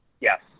Yes